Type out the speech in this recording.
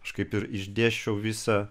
aš kaip ir išdėsčiau visą